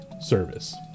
service